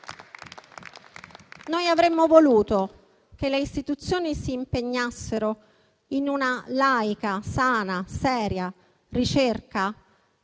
Noi avremmo voluto che le istituzioni si impegnassero in una laica, sana, seria ricerca